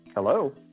hello